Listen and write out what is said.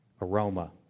aroma